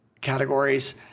categories